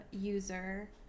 user